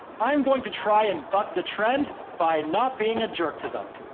i'm going to try and buck the trend by not being a jerk to them.